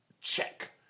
check